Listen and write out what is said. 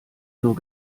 nur